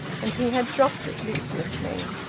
and he had dropped it listlessly,